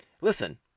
listen